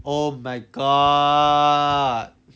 oh my god